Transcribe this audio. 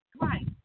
Right